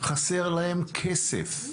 חסר להם כסף.